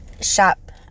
shop